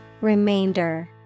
Remainder